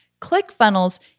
ClickFunnels